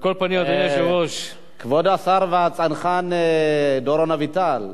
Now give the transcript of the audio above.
כבוד השר והצנחן דורון אביטל.